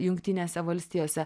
jungtinėse valstijose